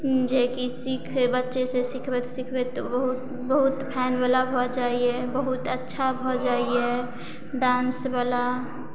जेकि सीख बच्चे से सीखबैत सिखबैत बहुत बहुत फैन बला भऽ जाइया बहुत अच्छा भऽ जाइये डान्स बला